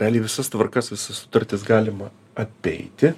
realiai visas tvarkas visas sutartis galima apeiti